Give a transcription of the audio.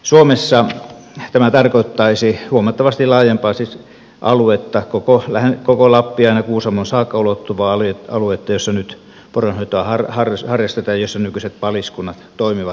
suomessa tämä tarkoittaisi huomattavasti laajempaa aluetta koko lappia ja aina kuusamoon saakka ulottuvaa aluetta jossa nyt poronhoitoa harrastetaan ja jossa nykyiset paliskunnat toimivat